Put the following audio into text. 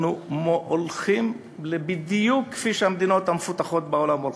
אנחנו הולכים בדיוק כפי שהמדינות המפותחות בעולם הולכות.